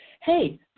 Hey